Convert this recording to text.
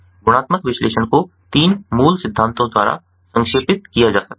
गुणात्मक विश्लेषण को तीन मूल सिद्धांतों द्वारा संक्षेपित किया जा सकता है